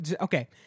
Okay